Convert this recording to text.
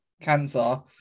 cancer